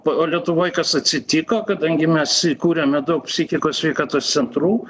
o lietuvoj kas atsitiko kadangi mes įkūrėme daug psichikos sveikatos centrų